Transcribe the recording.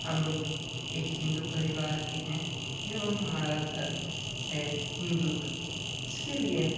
हम लोग एक हिन्दू परिवार के हैं एवं हमारा धर्म है हिन्दुत्व इसके लिए